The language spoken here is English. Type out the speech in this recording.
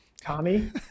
Tommy